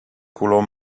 color